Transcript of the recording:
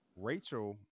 Rachel